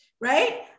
right